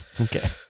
Okay